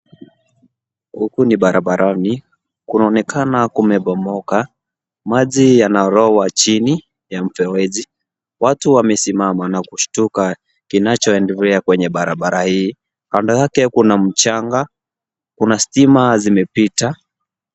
Huku ni barabarani, kunaonekana kumebomoka, maji yanalowa chini ya mfereji, watu wamesimama na kushtuka kinachoendelea kwenye barabara hii, kando yake kuna mchanga, kuna stima zimepita.